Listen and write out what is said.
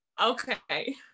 Okay